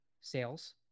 sales